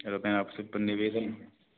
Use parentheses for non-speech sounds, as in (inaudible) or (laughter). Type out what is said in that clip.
sir मैं आपसे (unintelligible) निवेदन